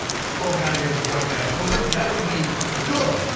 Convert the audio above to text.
ah spoke out against white nationalism, that would be good.